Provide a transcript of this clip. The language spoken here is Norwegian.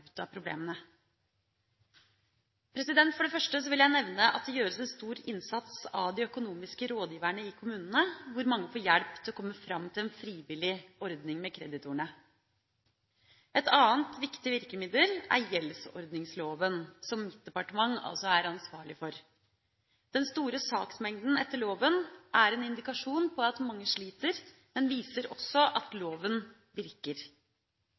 av problemene. For det første vil jeg nevne at det gjøres en stor innsats av de økonomiske rådgiverne i kommunene – mange får her hjelp til å komme fram til en frivillig ordning med kreditorene. Et annet viktig virkemiddel er gjeldsordningsloven, som mitt departement er ansvarlig for. Den store saksmengden etter loven er en indikasjon på at mange sliter, men viser også at loven virker.